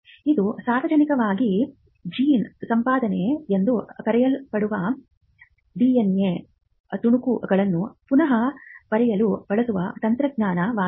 ಇದು ಸಾಮಾನ್ಯವಾಗಿ ಜೀನ್ ಸಂಪಾದನೆ ಎಂದು ಕರೆಯಲ್ಪಡುವ ಡಿಎನ್ಎದ ತುಣುಕುಗಳನ್ನು ಪುನಃ ಬರೆಯಲು ಬಳಸುವ ತಂತ್ರಜ್ಞಾನವಾಗಿದೆ